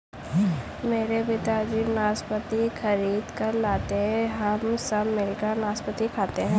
मेरे पिताजी नाशपाती खरीद कर लाते हैं हम सब मिलकर नाशपाती खाते हैं